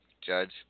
Judge